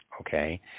Okay